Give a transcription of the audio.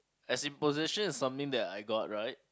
as in possession is something that I got right